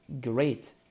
great